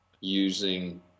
using